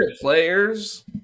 players